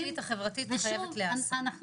ושוב,